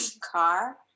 car